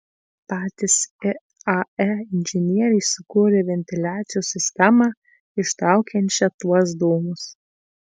patys iae inžinieriai sukūrė ventiliacijos sistemą ištraukiančią tuos dūmus